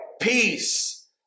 peace